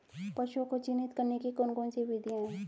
पशुओं को चिन्हित करने की कौन कौन सी विधियां हैं?